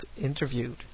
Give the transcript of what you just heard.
interviewed